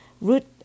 root